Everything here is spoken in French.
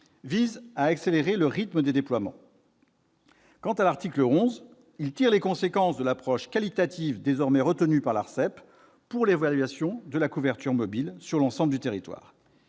visent à accélérer le rythme des déploiements. Quant à l'article 11, il tire les conséquences de l'approche qualitative désormais retenue par l'ARCEP pour l'évaluation de la couverture mobile sur l'ensemble du territoire.